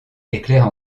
éclaire